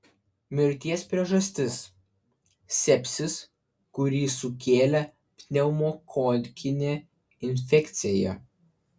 mirties priežastis sepsis kurį sukėlė pneumokokinė infekcija